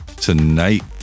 tonight